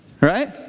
right